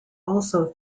also